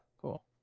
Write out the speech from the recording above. cool